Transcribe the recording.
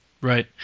Right